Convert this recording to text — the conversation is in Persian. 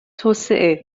توسعه